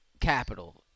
capital